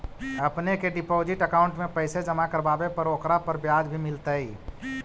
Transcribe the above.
अपने के deposit account में पैसे जमा करवावे पर ओकरा पर ब्याज भी मिलतई